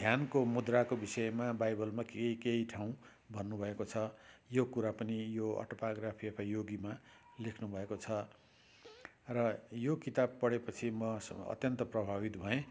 ध्यानको मुद्राको विषयमा बाइबलमा केही केही ठाउँ भन्नुभएको छ यो कुरा पनि यो अटोबायोग्राफी अफ अ योगीमा लेख्नुभएको छ र यो किताब पढेपछि म अत्यन्त प्रभावित भएँ